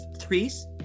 threes